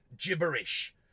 gibberish